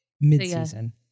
mid-season